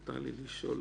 מותר לי לשאול